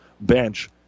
bench